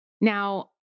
Now